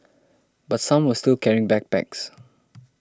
but some were still carrying backpacks